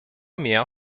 mehr